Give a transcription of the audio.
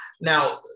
Now